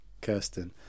Kirsten